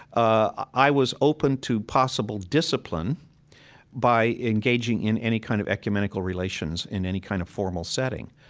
i was open to possible discipline by engaging in any kind of ecumenical relations in any kind of formal setting.